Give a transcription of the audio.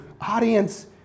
audience